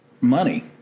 money